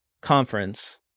conference